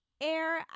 Air